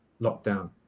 lockdown